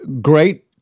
great